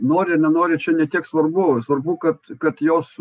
nori ar nenori čia ne tiek svarbu svarbu kad kad jos